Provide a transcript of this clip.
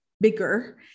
bigger